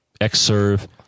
XServe